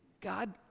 God